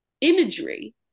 imagery